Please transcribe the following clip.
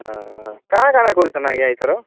କାଣା କାଣା କରିଛନ୍ ଆଜ୍ଞା ଏଥର